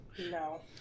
No